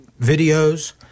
videos